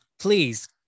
please